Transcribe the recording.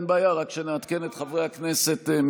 אין בעיה, רק שנעדכן את חברי הכנסת מי